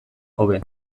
hobe